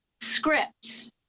scripts